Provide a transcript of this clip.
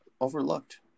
overlooked